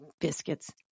biscuits